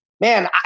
Man